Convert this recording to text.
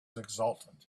exultant